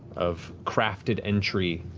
of crafted entry,